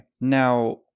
Now